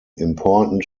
important